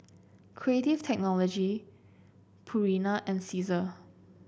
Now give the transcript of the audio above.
Creative Technology Purina and Cesar